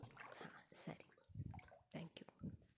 ಹಾಂ ಸರಿ thank you